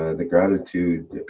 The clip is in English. ah the gratitude